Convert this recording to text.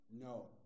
No